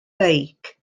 beic